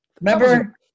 Remember